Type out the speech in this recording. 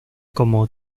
como